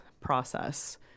process